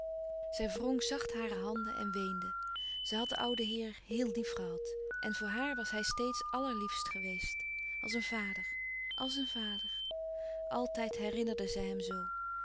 zij wrong zacht hare handen en weende zij had den ouden heer heel lief gehad en voor haar was hij steeds allerliefst geweest als een vader als een vader altijd herinnerde zij hem zoo